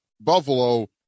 Buffalo